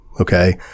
Okay